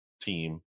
team